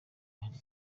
nshinga